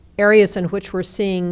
areas in which we're seeing